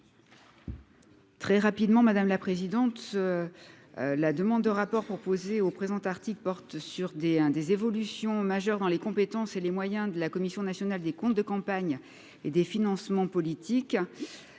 Très rapidement, madame la présidente, la demande de rapport proposé au présent article porte sur des des évolutions majeures dans les compétences et les moyens de la commission nationale des comptes de campagne et des financements politiques